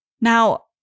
Now